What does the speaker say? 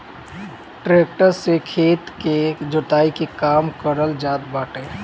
tractor से खेत के जोताई के काम कइल जात बाटे